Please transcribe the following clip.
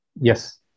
yes